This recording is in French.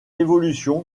évolution